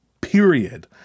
period